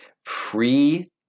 Free